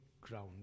ground